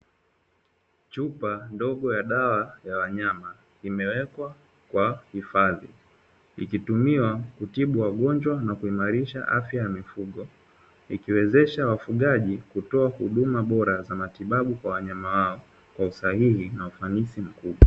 Chupa ndogo ya dawa ya wanyama imewekwa kwa hifadhi, ikitumiwa kutibu wagonjwa na kuimarisha afya ya mifugo, ikiwezesha wafugaji kutoa huduma bora za matibabu kwa wanyama wao, kwa usahihi na ufanisi mkubwa.